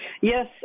Yes